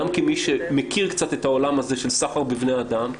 גם כמי שמכיר את הסחר בבני אדם,